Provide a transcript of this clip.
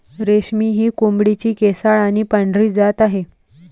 रेशमी ही कोंबडीची केसाळ आणि पांढरी जात आहे